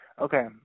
Okay